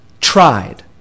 tried